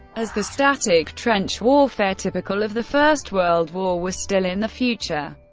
as the static trench warfare typical of the first world war was still in the future.